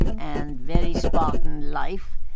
and very spartan life.